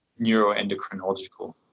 neuroendocrinological